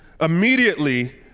immediately